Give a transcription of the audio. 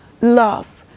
love